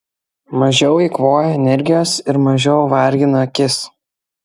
mažiau eikvoja energijos ir mažiau vargina akis